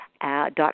dot